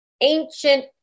ancient